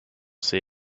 see